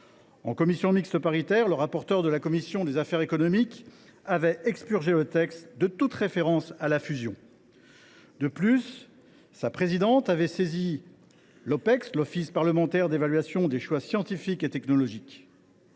En commission mixte paritaire, le rapporteur de la commission des affaires économiques avait expurgé le texte de toute référence à la fusion. De plus, sa présidente avait saisi l’Office parlementaire d’évaluation des choix scientifiques et technologiques